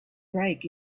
break